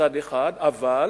מצד אחד, אבל